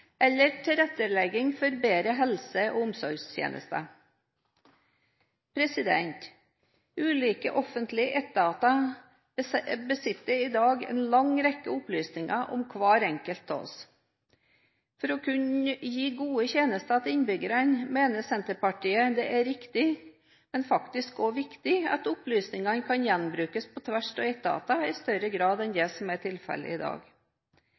eller tilrettelegging for bedre helse- og omsorgstjenester. Ulike offentlige etater besitter i dag en lang rekke opplysninger om hver enkelt av oss. For å kunne gi gode tjenester til innbyggerne mener Senterpartiet det er riktig og faktisk også viktig at opplysningene kan gjenbrukes på tvers av etatene i større grad enn det som er tilfellet i dag.